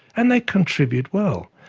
and they contribute well.